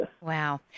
Wow